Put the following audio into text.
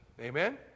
Amen